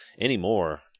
anymore